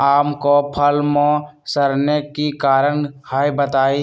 आम क फल म सरने कि कारण हई बताई?